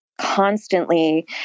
constantly